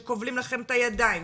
שכובלים לכם את הידיים,